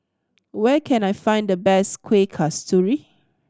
where can I find the best Kueh Kasturi